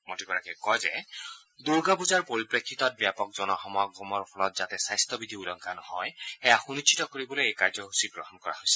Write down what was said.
মন্ত্ৰীগৰাকীয়ে কয় যে দুৰ্গা পূজাৰ পৰিপ্ৰেক্ষিতত ব্যাপক জনসমাগমৰ ফলত যাতে স্বাস্থ্য বিধি উলংঘা নহয় সেয়া সুনিশ্চিত কৰিবলৈ এই কাৰ্যসূচীৰ গ্ৰহণ কৰা হৈছে